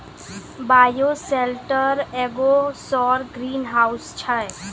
bioshelter एगो सौर greenhouse छै